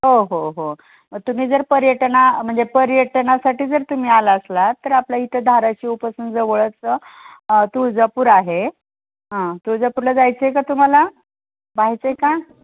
हो हो हो तुम्ही जर पर्यटन म्हणजे पर्यटनासाठी जर तुम्ही आला असाल तर आपल्या इथे धाराशीवपासून जवळचं तुळजापूर आहे हा तुळजापूरला जायचं आहे का तुम्हाला पाहायचं आहे का